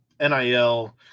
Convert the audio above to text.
nil